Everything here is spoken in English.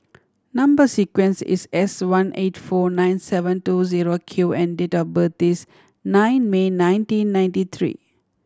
number sequence is S one eight four nine seven two zero Q and date of birth is nine May nineteen ninety three